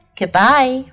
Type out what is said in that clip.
goodbye